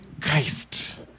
Christ